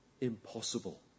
impossible